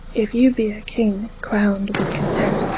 if you be a king crown'd with content,